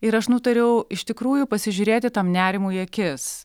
ir aš nutariau iš tikrųjų pasižiūrėti tam nerimui į akis